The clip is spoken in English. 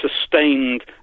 sustained